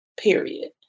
period